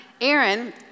Aaron